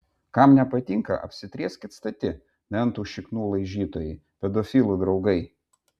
kam nepatinka apsitrieskit stati mentų šiknų laižytojai pedofilų draugai